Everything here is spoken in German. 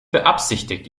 beabsichtigt